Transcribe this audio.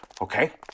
okay